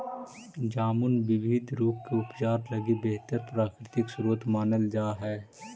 जामुन विविध रोग के उपचार लगी बेहतर प्राकृतिक स्रोत मानल जा हइ